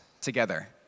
together